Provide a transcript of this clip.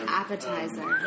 appetizer